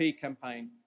campaign